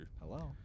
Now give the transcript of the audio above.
Hello